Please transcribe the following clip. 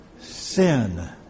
sin